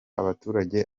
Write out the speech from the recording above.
abaturage